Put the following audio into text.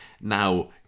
now